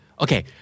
Okay